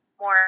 more